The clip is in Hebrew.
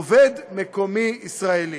עובד מקומי ישראלי.